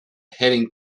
heading